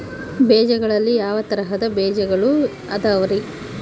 ಬೇಜಗಳಲ್ಲಿ ಯಾವ ತರಹದ ಬೇಜಗಳು ಅದವರಿ?